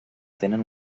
tenen